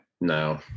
no